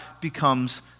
becomes